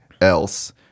else